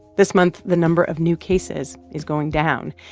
this month, the number of new cases is going down.